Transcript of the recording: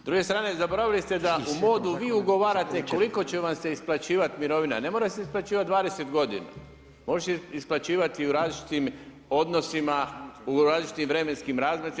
S druge strane zaboravili ste da u modu vi ugovarate koliko će vam se isplaćivati mirovina, ne mora vam se isplaćivati 20 godina, može se isplaćivati i u različitim odnosima, u različitim vremenskim razmacima.